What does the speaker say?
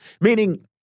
Meaning